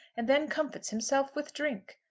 and then comforts himself with drink.